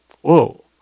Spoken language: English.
Whoa